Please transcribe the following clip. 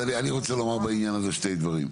אני רוצה להגיד בעניין הזה שני דברים.